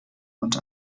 und